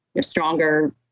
stronger